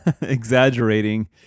exaggerating